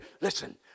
Listen